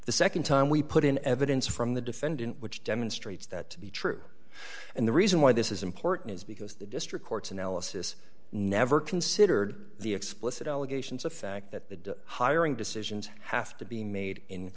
the nd time we put in evidence from the defendant which demonstrates that to be true and the reason why this is important is because the district courts analysis never considered the explicit allegations of fact that the hiring decisions have to be made in